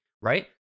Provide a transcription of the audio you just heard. right